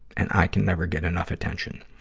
and i can never get enough attention.